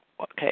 Okay